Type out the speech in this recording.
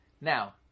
Now